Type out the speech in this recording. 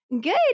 Good